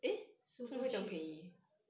super cheap